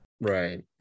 Right